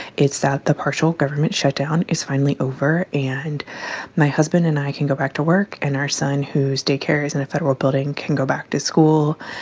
it's that the partial government shutdown is finally over. and my husband and i can go back to work, and our son, who's daycare is in the federal building, can go back to school.